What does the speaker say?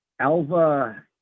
Alva